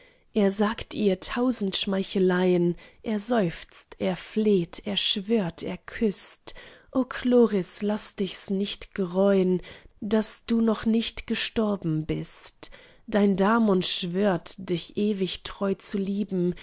er sagt ihr tausend schmeicheleien er seufzt er fleht er schwört er küßt o chloris laß dichs nicht gereuen daß du noch nicht gestorben bist dein damon schwört dich ewig treu zu lieben